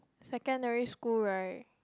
secondary school right